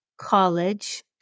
college